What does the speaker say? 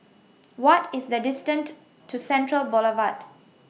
What IS The distant to Central Boulevard